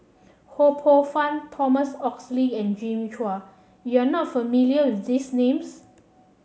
Ho Poh Fun Thomas Oxley and Jimmy Chua you are not familiar with these names